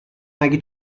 مگه